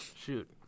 Shoot